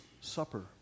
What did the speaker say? Supper